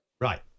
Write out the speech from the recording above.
Right